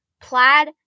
plaid